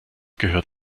gehört